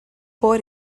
por